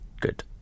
Good